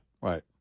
right